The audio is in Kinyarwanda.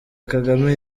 kagame